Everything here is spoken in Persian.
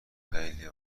خیلی